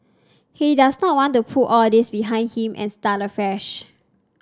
he does not want to put all this behind him and start afresh